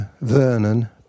Vernon